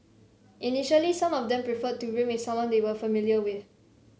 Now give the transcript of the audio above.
initially some of them preferred to room with someone they were familiar with